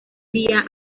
día